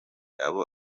abo